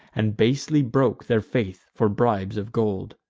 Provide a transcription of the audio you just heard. and basely broke their faith for bribes of gold.